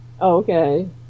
Okay